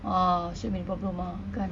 ah should be no problem ah kan